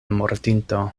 mortinto